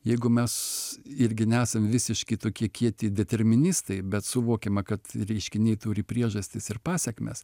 jeigu mes irgi nesam visiški tokie kieti deterministai bet suvokiama kad reiškiniai turi priežastis ir pasekmes